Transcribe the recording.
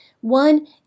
One